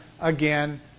again